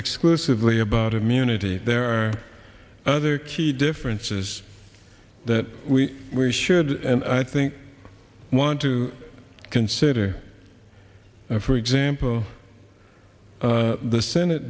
exclusively about immunity there are other key differences that we should and i think want to consider and for example the senate